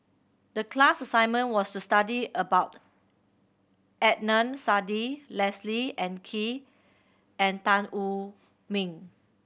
the class assignment was to study about Adnan Saidi Leslie and Kee and Tan Wu Meng